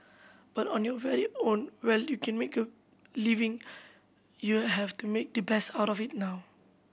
but on your well own well you can make a living you have to make the best of it now